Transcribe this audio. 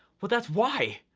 well, that's why.